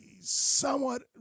somewhat